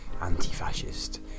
anti-fascist